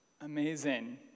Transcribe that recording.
Amazing